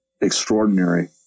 extraordinary